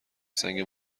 سنگ